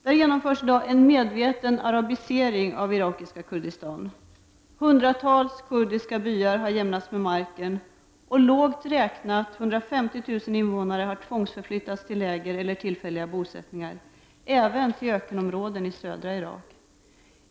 Där genomförs i dag en medveten arabisering av irakiska Kurdistan. Hundratals kurdiska byar har jämnats med marken, och lågt räknat 150 000 invånare har tvångsförflyttats till läger eller tillfälliga bosättningar, även till ökenområdena i södra Irak.